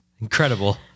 Incredible